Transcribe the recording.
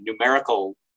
numerical